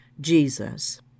Jesus